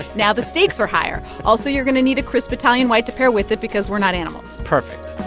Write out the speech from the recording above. now the stakes are higher. also, you're going to need a crisp italian white to pair with it because we're not animals perfect